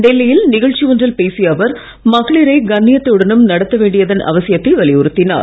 டெல்லியில் நிகழ்ச்சி ஒன்றில் பேசிய அவர் மகளிரை கன்னியத்துடனும் நடத்த வேண்டியதன் அவசியத்தை வலியுறுத்தினார்